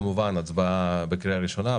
כמובן הצבעה בקריאה ראשונה,